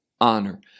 honor